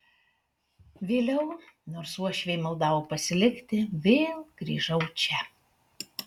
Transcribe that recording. vėliau nors uošviai maldavo pasilikti vėl grįžau čia